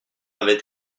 avaient